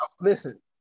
Listen